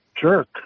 jerk